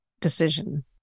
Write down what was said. decision